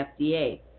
FDA